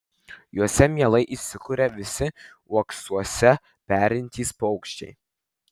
juose mielai įsikuria visi uoksuose perintys paukščiai